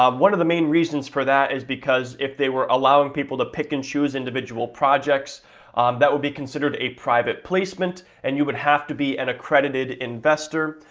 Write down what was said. one of the main reasons for that is because if they were allowing people to pick and choose individual projects that would be considered a private placement and you would have to be an accredited investor.